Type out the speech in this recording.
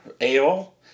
ale